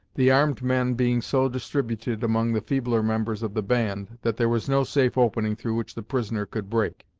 the armed men being so distributed among the feebler members of the band, that there was no safe opening through which the prisoner could break.